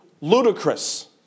ludicrous